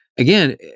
Again